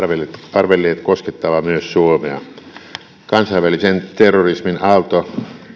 arvelleet koskettavan myös suomea kansainvälisen terrorismin aalto